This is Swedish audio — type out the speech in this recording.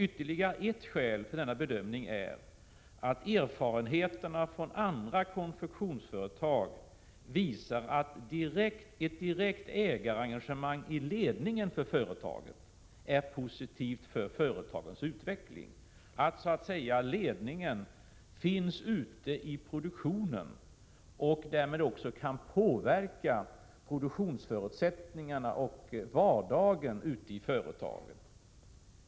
Ytterligare ett skäl till denna bedömning är att erfarenheter från andra konfektionsföretag visar att ett direkt ägarengagemang i ledningen för företaget är positivt för företagets utveckling. Att ledningen så att säga finns ute i produktionen och därmed också kan påverka produktionsförutsättningarna och vardagen ute i företaget är alltså gynnsamt.